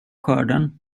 skörden